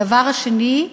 הדבר השני,